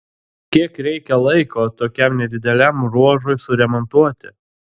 kiek reikia laiko tokiam nedideliam ruožui suremontuoti